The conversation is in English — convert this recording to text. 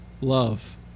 love